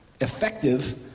effective